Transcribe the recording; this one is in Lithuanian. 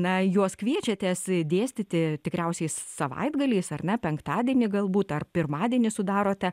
na juos kviečiatės dėstyti tikriausiai savaitgaliais ar ne penktadienį galbūt ar pirmadienį sudarote